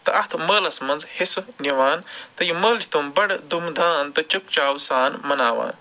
تہٕ اَتھ مٲلَس منٛز حصہٕ نِوان تہٕ یہِ مٲلہٕ چھِ تِم بَڑٕ دُم دام تہٕ چِکہٕ چاو سان مناوان